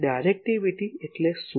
directivity એટલે શું